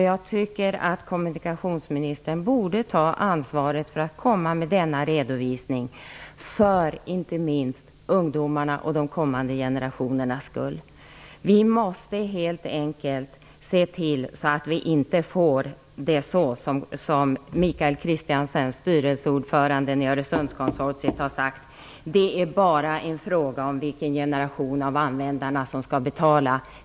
Jag tycker att kommunikationsministern borde ta ansvaret för att komma med denna redovisning, inte minst för ungdomarnas och de kommande generationernas skull. Vi måste helt enkelt se till att det inte blir så som Mikael Kristiansen, styrelseordförande i Öresundskonsortiet, har sagt, att det bara är en fråga om vilken generation av användare som skall betala.